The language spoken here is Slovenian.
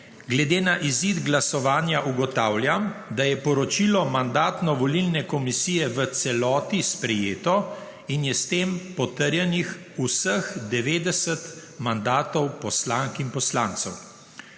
89.) (Proti nihče.) Ugotavljam, da je poročilo Mandatno-volilne komisije v celoti sprejeto in je s tem potrjenih vseh 90 mandatov poslank in poslancev.